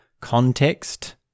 context